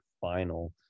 final